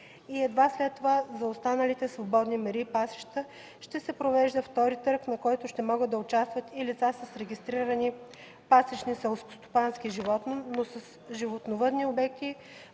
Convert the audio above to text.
едва след това за останалите свободни мери и пасища ще се провежда втори търг, на който ще могат да участват и лица с регистрирани пасищни селскостопански животни, но с животновъдни обекти